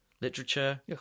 literature